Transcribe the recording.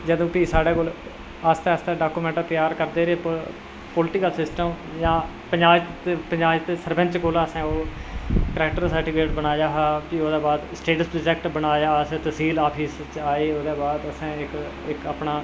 जदूं भी साढ़े कोल आस्तै आस्तै डॉक्यूमेंट त्यार करदे रेह् पॉलीटिकल सिस्टम जां पंचायती सरपैंच कोला असें ओह् करैक्टर सर्टीफिकेट बनाया हा ते ओह्दे बाद भी असें स्टेट सब्जेक्ट बनाया तसील ऑफिस च आये ते ओह्दे बाद भी असें इक्क